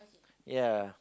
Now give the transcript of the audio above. ya